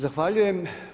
Zahvaljujem.